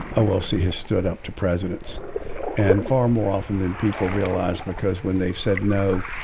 oh well she has stood up to presidents and far more often than people realize because when they've said no.